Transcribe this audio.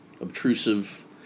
obtrusive